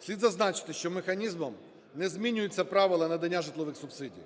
Слід зазначити, що механізмом не змінюються правила надання житлових субсидій,